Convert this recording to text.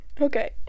okay